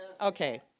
Okay